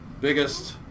biggest